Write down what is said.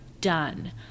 done